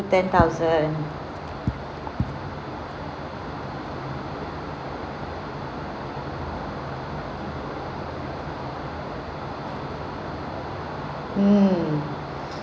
ten thousand mm